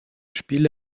spiele